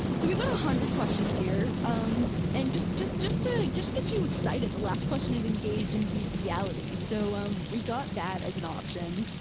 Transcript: so we've got a hundred questions here um and just just to just get you excited the last question is engaged in bestiality, so um we've got that as an option,